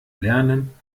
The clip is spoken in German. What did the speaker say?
lernen